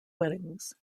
weddings